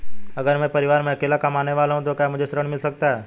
अगर मैं परिवार में अकेला कमाने वाला हूँ तो क्या मुझे ऋण मिल सकता है?